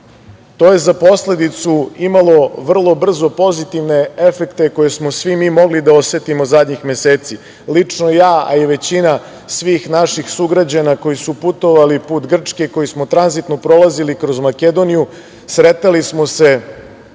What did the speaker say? To je za posledicu imalo vrlo brzo pozitivne efekte koje smo svi mi mogli da osetimo zadnjih meseci. Lično ja, a i većina svih naših sugrađana koji su putovali put Grčke, koji smo tranzitno prolazili kroz Makedoniju, sretali smo se